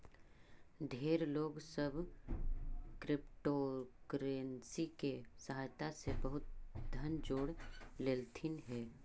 ढेर लोग सब क्रिप्टोकरेंसी के सहायता से बहुत धन जोड़ लेलथिन हे